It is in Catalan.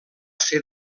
ser